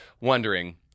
wondering